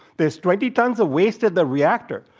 there's twenty tons of waste at the reactor.